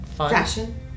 Fashion